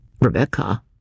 Rebecca